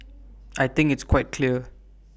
I think it's quite clear